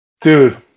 Dude